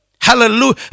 Hallelujah